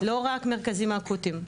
לא רק מרכזים אקוטיים,